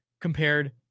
compared